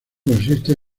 consiste